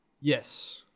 Yes